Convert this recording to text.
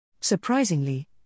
Surprisingly